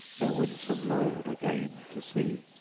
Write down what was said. their winsome lord again to see.